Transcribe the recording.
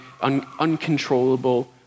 uncontrollable